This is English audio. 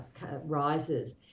rises